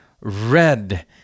Red